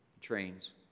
trains